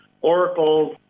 Oracle